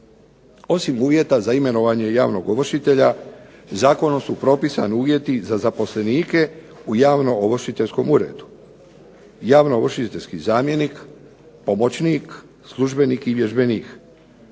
Osim uvjeta za imenovanje javnog ovršitelja zakonom su propisani i uvjeti za zaposlenike u javno ovršiteljskom uredu. Javno ovršiteljski zamjenik, pomoćnik, službenik i vježbenik,